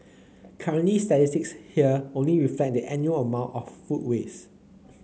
currently statistics here only reflect the annual amount of food waste